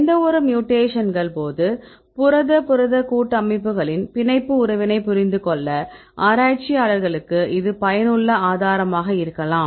எந்தவொரு மியூடேக்ஷன்கள்போது புரத புரத கூட்டமைப்புகளின் பிணைப்பு உறவினை புரிந்துகொள்ள ஆராய்ச்சியாளர்களுக்கு இது பயனுள்ள ஆதாரமாக இருக்கலாம்